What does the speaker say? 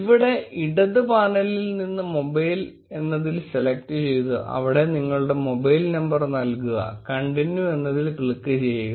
അവിടെ ഇടത് പാനലിൽ നിന്ന് മൊബൈൽ എന്നതിൽ സെലക്ട് ചെയ്ത് അവിടെ നിങ്ങളുടെ മൊബൈൽ നമ്പർ നൽകുക continue എന്നതിൽ ക്ലിക്ക് ചെയ്യുക